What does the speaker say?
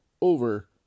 over